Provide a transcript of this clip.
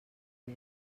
res